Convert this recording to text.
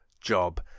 job